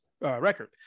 record